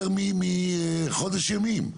יותר מחודש ימים.